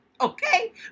Okay